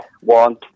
one